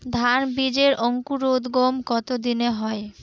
ধান বীজের অঙ্কুরোদগম কত দিনে হয়?